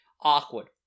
awkward